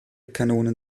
kanonen